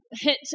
hit